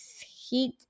Heat